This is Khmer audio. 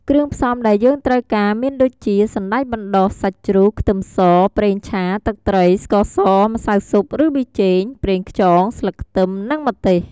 គ្រឿងផ្សំដែលយើងត្រូវការមានដូចជា សណ្ដែកបណ្ដុះ សាច់ជ្រូក ខ្ទឹមស ប្រេងឆា ទឹកត្រី ស្ករស ម្សៅស៊ុប ឬប៊ីចេង ប្រេងខ្យង ស្លឹកខ្ទឹម និងម្ទេស។